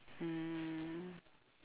mm